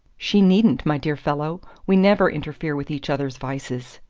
she needn't, my dear fellow. we never interfere with each other's vices.